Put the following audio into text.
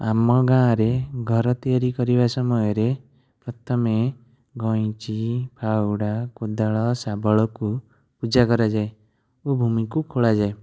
ଆମ ଗାଁରେ ଘର ତିଆରି କରିବା ସମୟରେ ପ୍ରଥମେ ଗଇଁଚି ଫାଉଡ଼ା କୋଦଳ ଶାବଳକୁ ପୂଜା କରାଯାଏ ଓ ଭୂମିକୁ ଖୋଳା ଯାଏ